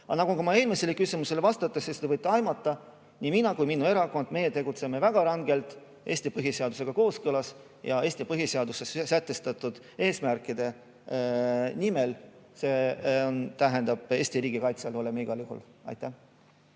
Aga nagu ma ka eelmisele küsimusele vastates ütlesin, te võite aimata, nii mina kui minu erakond tegutseme väga rangelt Eesti põhiseadusega kooskõlas ja Eesti põhiseaduses sätestatud eesmärkide nimel. See tähendab, et Eesti riigi kaitse all oleme igal juhul. Aitäh!